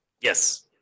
Yes